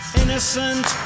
innocent